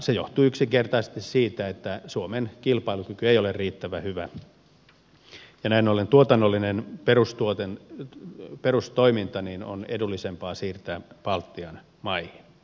se johtuu yksinkertaisesti siitä että suomen kilpailukyky ei ole riittävän hyvä ja näin ollen tuotannollinen perustoiminta on edullisempaa siirtää baltian maihin